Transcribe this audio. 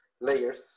layers